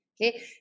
Okay